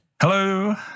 Hello